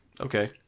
Okay